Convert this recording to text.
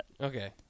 Okay